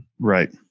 Right